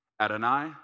Adonai